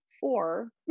four